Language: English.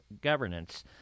Governance